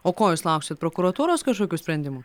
o ko jūs lauksit prokuratūros kažkokių sprendimų